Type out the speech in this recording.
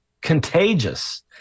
contagious